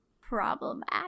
problematic